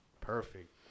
perfect